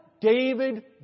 David